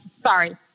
sorry